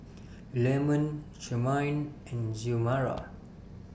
Leamon Charmaine and Xiomara